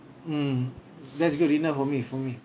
mm that's good enough for me for me